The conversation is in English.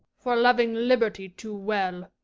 for loving liberty too well.